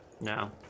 no